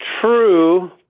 true